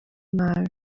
nabi